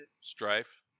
strife